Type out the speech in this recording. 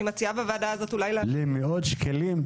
למאות שקלים?